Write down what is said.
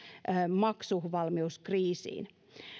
maksuvalmiuskriisiin